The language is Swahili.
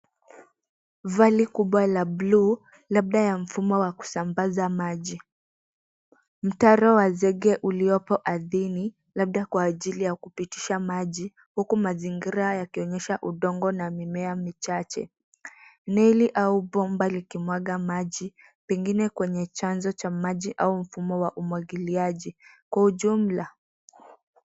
vali kubwa la bluu, labda ya mfumo wa kusambaza maji. Mtaro wa zege uliopo ardhi labda kwa ajili ya kupitisha maji, huku mazingira ikionyesha udongo na mimea michache. Neli au bombalikimwaga maji, pengine kwenye chanzo cha maji au mfumo wa umwagiliaji kwa ujumla.